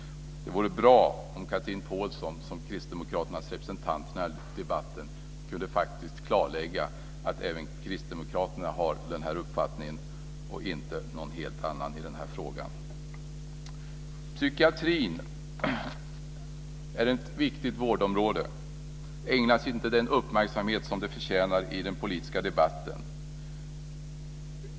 Det vore bra om Chatrine Pålsson som kristdemokraternas representant i denna debatt kunde klarlägga att även kristdemokraterna har den här uppfattningen och inte en helt annan i frågan. Psykiatrin är ett viktigt vårdområde men ägnas inte den uppmärksamhet som det förtjänar i den politiska debatten.